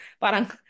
Parang